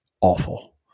awful